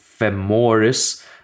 femoris